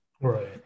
Right